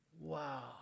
Wow